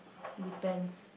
depends